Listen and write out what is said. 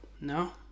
No